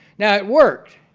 now, it worked.